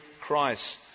Christ